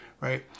Right